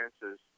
chances